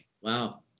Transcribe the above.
Wow